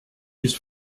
his